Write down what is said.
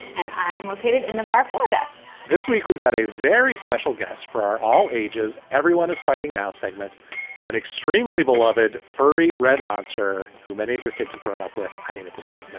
and i'm located in nevada this week, we've got a very special guest for our all ages. everyone is fighting now segment an extremely beloved furry red monster who many of your kids have grown up with. i mean, at this point, but